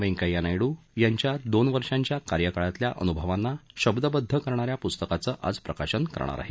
वेंकय्या नायडू यांच्या दोन वर्षांच्या कार्यकाळातल्या अनुभवांना शब्दबद्ध करणाऱ्या पुस्तकाचं आज प्रकाशन करणार आहे